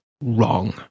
wrong